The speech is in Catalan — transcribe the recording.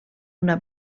una